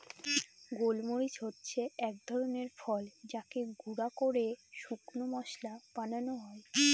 গোল মরিচ হচ্ছে এক ধরনের ফল যাকে গুঁড়া করে শুকনো মশলা বানানো হয়